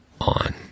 on